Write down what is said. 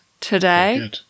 today